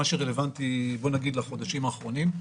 מה שרלוונטי לחודשים האחרונים.